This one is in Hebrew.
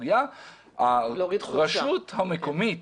הרשות המקומית